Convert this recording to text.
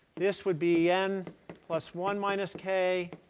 this would be n plus one minus k,